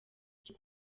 cyo